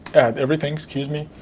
add everything, excuse me,